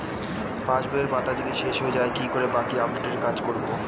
পাসবইয়ের পাতা যদি শেষ হয়ে য়ায় কি করে বাকী আপডেটের কাজ করব?